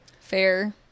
Fair